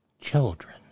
children